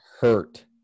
Hurt